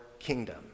kingdom